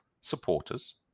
supporters